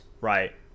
right